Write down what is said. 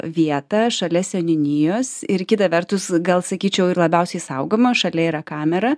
vietą šalia seniūnijos ir kita vertus gal sakyčiau ir labiausiai saugomą šalia yra kamera